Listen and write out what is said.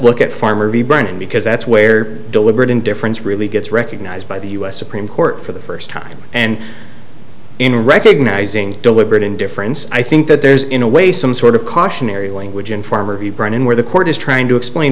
look at farmer v brennan because that's where deliberate indifference really gets recognized by the u s supreme court for the first time and in recognizing deliberate indifference i think that there is in a way some sort of cautionary language in farmer brown in where the court is trying to explain